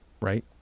right